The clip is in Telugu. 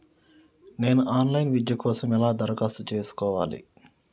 నేను ఆన్ లైన్ విద్య కోసం ఎలా దరఖాస్తు చేసుకోవాలి?